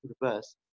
reverse